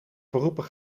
beroepen